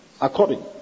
According